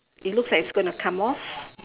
it looks like it's going to come off